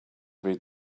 read